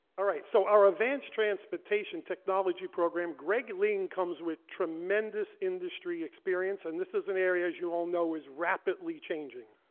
ah right, so our advanced transportation technology program, greg ling comes with tremendous industry experience. and this is an area, as you all know, is rapidly changing.